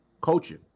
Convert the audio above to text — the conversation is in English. coaching